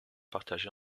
partagé